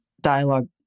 dialogue